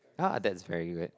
ah that's very weird